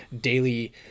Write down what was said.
daily